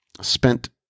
spent